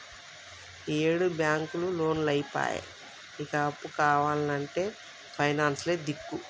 ఈయేడు బాంకులు లోన్లియ్యపాయె, ఇగ అప్పు కావాల్నంటే పైనాన్సులే దిక్కు